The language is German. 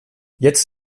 jetzt